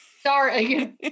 Sorry